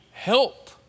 Help